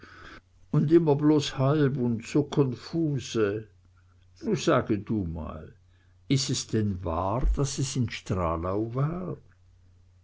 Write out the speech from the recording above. und immer bloß halb un so konfuse nu sage du mal is es denn wahr daß es in stralau war